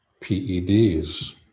peds